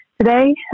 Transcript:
today